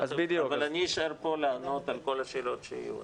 אבל אני אשאר פה לענות על כל השאלות שיהיו.